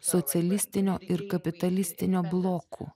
socialistinio ir kapitalistinio blokų